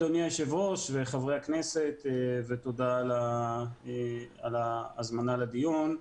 אדוני היושב-ראש וחברי הכנסת ותודה על ההזמנה לדיון.